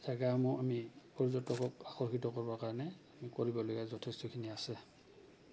জেগাসমূহ আমি পৰ্যটকক আকৰ্ষিত কৰিবৰ কাৰণে আমি কৰিবলগীয়া যথেষ্টখিনি আছে